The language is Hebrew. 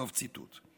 סוף ציטוט.